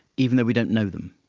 even though we don't know them?